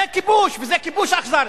זה כיבוש, וזה כיבוש אכזר.